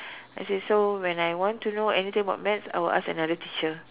I say so when I want to know anything about maths I will ask another teacher